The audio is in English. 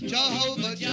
Jehovah